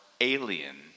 alien